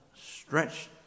stretched